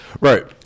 Right